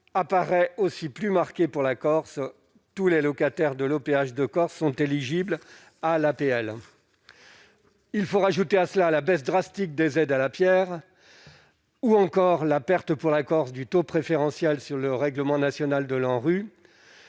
apparaît également plus marquée pour la Corse : tous les locataires de l'OPH de Corse sont éligibles à l'APL. Il faut ajouter à cela la baisse drastique des aides à la pierre ou encore la perte pour la Corse du taux préférentiel sur le règlement national de l'Agence